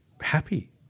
happy